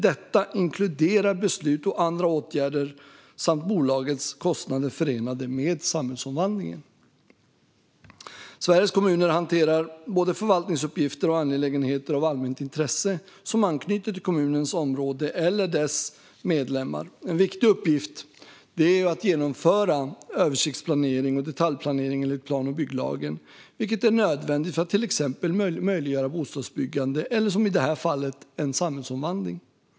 Detta inkluderar beslut och andra åtgärder samt bolagets kostnader som är förenade med samhällsomvandlingen. Sveriges kommuner hanterar både förvaltningsuppgifter och angelägenheter av allmänt intresse som anknyter till kommunens område eller dess medlemmar. En viktig uppgift är att genomföra översiktsplanering och detaljplanering enligt plan och bygglagen. Det är nödvändigt för att möjliggöra för till exempel bostadsbyggande eller som i det här fallet en samhällsomvandling.